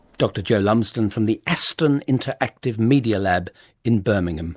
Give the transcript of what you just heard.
dr jo lumsden from the aston interactive media lab in birmingham